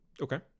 Okay